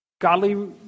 godly